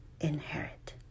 inherit